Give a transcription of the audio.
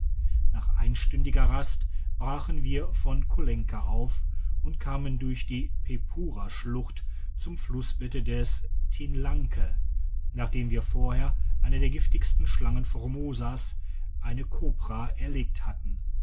nach einstündiger rast brachen wir von kolenka auf und kamen durch die pepura schlucht zum flussbette des tinlanke nachdem wir vorher eine der giftigsten schlangen formosas eine copra erlegt hatten